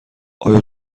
آیا